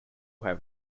have